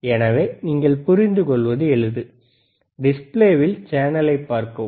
எனவே நீங்கள் புரிந்துகொள்வது எளிது டிஸ்ப்ளேவில் சேனலைப் பார்க்கவும்